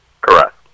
Correct